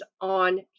on